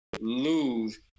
lose